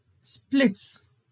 splits